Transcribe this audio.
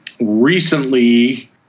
Recently